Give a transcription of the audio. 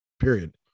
Period